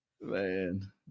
Man